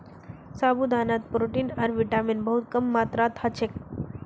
साबूदानात प्रोटीन आर विटामिन बहुत कम मात्रात ह छेक